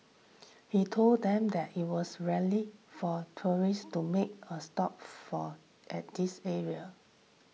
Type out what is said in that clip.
he told them that it was rarely for tourists to make a stop for at this area